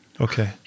okay